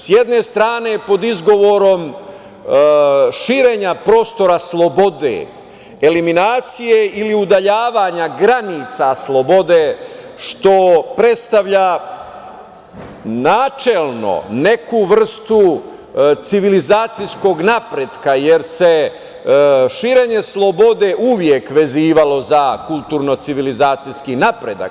S jedne strane, pod izgovorom širenja prostora slobode, eliminacije ili udaljavanja granica slobode, što predstavlja načelno neku vrstu civilizacijskog napretka, jer se širenje slobode uvek vezivalo za kulturno-civilizacijski napredak.